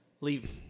Leave